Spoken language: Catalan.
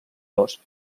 dos